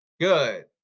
Good